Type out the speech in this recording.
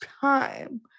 time